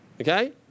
okay